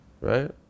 right